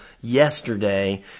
yesterday